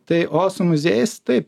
tai o su muziejais taip